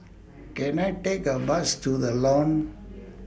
Can I Take A Bus to The Lawn